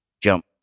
Jump